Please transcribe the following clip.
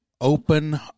Open